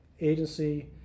agency